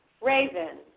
Raven